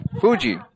Fuji